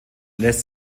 lässt